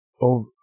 over